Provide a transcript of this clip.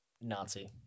Nazi